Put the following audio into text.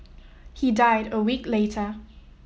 he died a week later